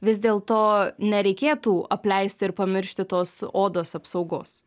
vis dėlto nereikėtų apleisti ir pamiršti tos odos apsaugos